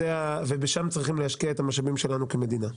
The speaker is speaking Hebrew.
ושם צריכים להשקיע את המשאבים שלנו כמדינה.